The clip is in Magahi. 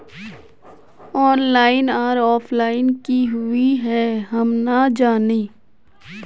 ऑनलाइन आर ऑफलाइन की हुई है हम ना जाने?